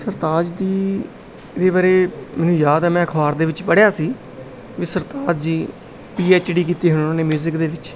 ਸਰਤਾਜ ਦੀ ਇਹਦੇ ਬਾਰੇ ਮੈਨੂੰ ਯਾਦ ਹੈ ਮੈਂ ਅਖ਼ਬਾਰ ਦੇ ਵਿੱਚ ਪੜ੍ਹਿਆ ਸੀ ਵੀ Sartaj ji P H D ਕੀਤੀ ਹੈ ਉਹਨਾਂ ਨੇ ਮਿਊਜਿਕ ਦੇ ਵਿੱਚ